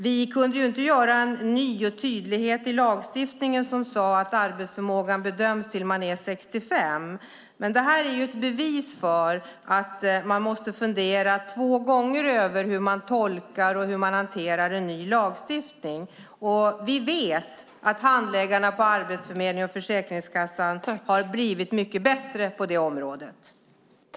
Vi kunde inte i det läget införa ett tillägg i lagstiftningen som förtydligade att arbetsförmågan bedöms tills man är 65. Men det här är ett bevis för att man måste fundera två gånger över hur man tolkar och hanterar en ny lagstiftning. Vi vet att handläggarna på Arbetsförmedlingen och Försäkringskassan har blivit mycket bättre på det området.